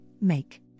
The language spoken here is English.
make